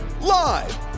Live